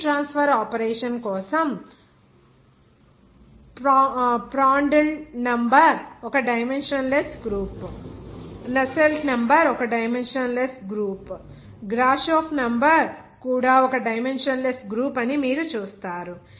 heat transfer operation కోసం Prandtl number ఒక dimensionless group Nusselt number ఒక dimensionless group Grashof number కూడా ఒక డైమెన్షన్ లెస్ గ్రూప్ అని మీరు చూస్తారు